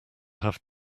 have